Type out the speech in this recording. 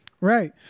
Right